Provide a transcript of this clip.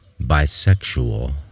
bisexual